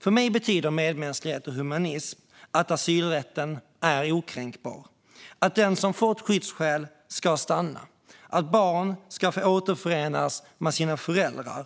För mig betyder medmänsklighet och humanism att asylrätten är okränkbar, att den som fått skyddsskäl ska stanna, att barn ska få återförenas med sina föräldrar,